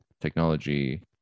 technology